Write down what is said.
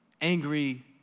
angry